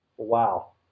wow